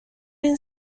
این